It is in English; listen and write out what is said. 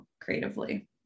creatively